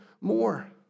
More